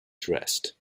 dressed